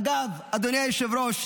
אגב, אדוני היושב-ראש,